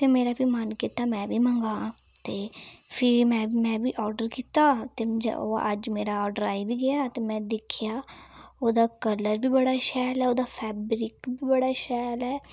ते मेरा बी मन कीता में बी मंगां ते फ्ही में मैं बी आर्डर कीता ते अज्ज मेरा आर्डर आई बी गेआ में दिक्खेआ ओह्दा कलर बी बड़ा शैल ऐ ओह्दा फैब्रिक बी बड़ा शैल ऐ